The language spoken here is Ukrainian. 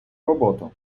роботу